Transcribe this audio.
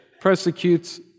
persecutes